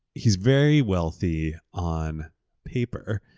is very wealthy on paper,